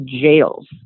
jails